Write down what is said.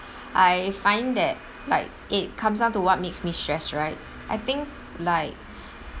I find that like it comes down to what makes me stressed right I think like